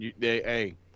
Hey